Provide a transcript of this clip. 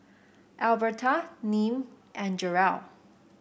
Albertha Nim and Jerrell